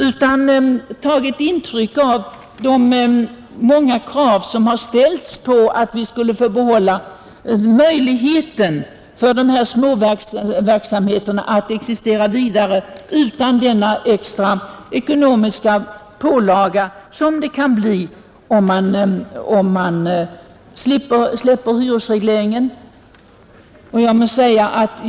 Han skulle i stället ha tagit fasta på de många önskemål som framställts att bevara småföretagarnas möjligheter att existera vidare utan denna extra ekonomiska pålaga som det kan bli om vi släpper hyresregleringen.